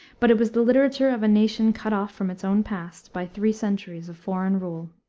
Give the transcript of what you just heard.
but it was the literature of a nation cut off from its own past by three centuries of foreign rule.